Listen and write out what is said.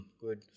Good